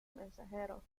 mensajero